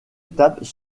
étapes